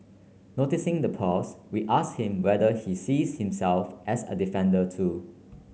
noticing the pause we ask him whether he sees himself as a defender too